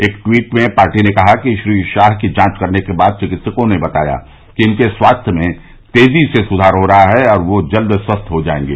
एक ट्वीट में पार्टी ने कहा कि श्री शाह की जांच करने के बाद चिकित्सकों ने बताया कि उनके स्वास्थ्य में तेज़ी से सुधार हो रहा है और वह जल्द स्वस्थ हो जाएंगे